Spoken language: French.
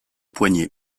poignées